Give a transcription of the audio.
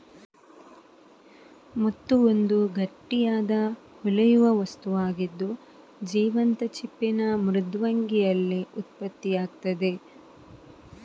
ಮುತ್ತು ಒಂದು ಗಟ್ಟಿಯಾದ, ಹೊಳೆಯುವ ವಸ್ತುವಾಗಿದ್ದು, ಜೀವಂತ ಚಿಪ್ಪಿನ ಮೃದ್ವಂಗಿಯಲ್ಲಿ ಉತ್ಪತ್ತಿಯಾಗ್ತದೆ